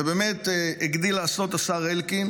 ובאמת הגדיל לעשות השר אלקין